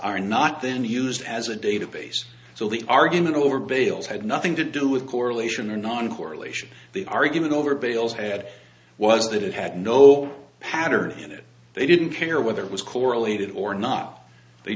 are not then used as a database so the argument over bale's had nothing to do with correlation or non correlation the argument over bale's head was that it had no pattern in it they didn't care whether it was correlated or not they